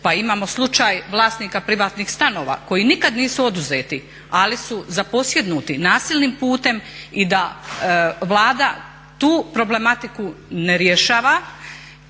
Pa imamo slučaj vlasnika privatnih stanova koji nikada nisu oduzeti ali su zaposjednuti nasilnim putem i da Vlada tu problematiku ne rješava,